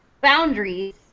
boundaries